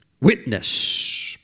witness